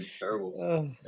terrible